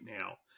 now